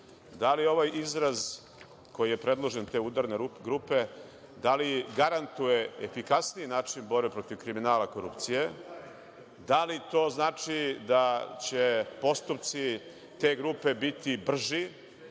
Da li ovaj izraz koji je predložen, te udarne grupe, garantuje efikasniji način borbe protiv kriminala i korupcije? Da li to znači postupci te grupe biti brži?